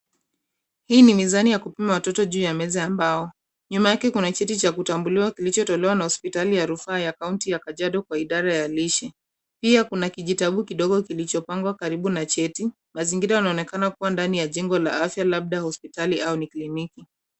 Hii ni mizani ya kupima watoto juu ya meza ya mbao. Nyuma yake kuna cha kutambuliwa kilichotolewa na hospitali ya rufaa ya kaunti ya Kajiado kwa idara ya lishe. Pia kuna kijitabu kidogo kilichopangwa karibu na cheti. Mazingira yanaonekana kuwa ndani ya jengo la afya, labda hospitali au ni kliniki.